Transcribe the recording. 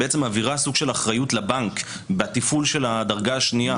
שמעבירה סוג של אחריות לבנק בתפעול של הדרגה השנייה,